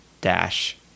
dash